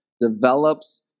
develops